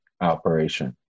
operation